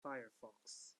firefox